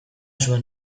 zuen